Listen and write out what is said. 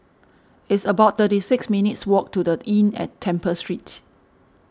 it's about thirty six minutes' walk to the Inn at Temple Street